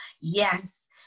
yes